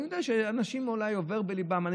אני יודע שזה עובר אולי בליבם של אנשים.